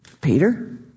Peter